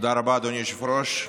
תודה רבה, אדוני היושב-ראש.